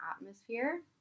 atmosphere